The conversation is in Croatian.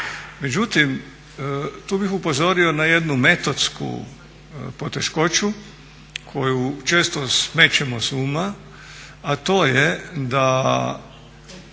Međutim tu bih upozorio na jednu metodsku poteškoću koju često smetemo s uma, a to je da